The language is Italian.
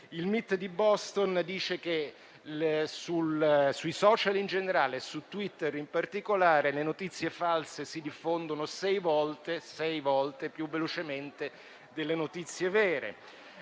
(MIT) di Boston afferma che sui *social* in generale e su Twitter in particolare le notizie false si diffondono sei volte più velocemente delle notizie vere.